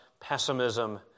pessimism